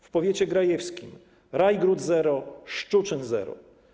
W powiecie grajewskim: Rajgród - zero, Szczuczyn - zero.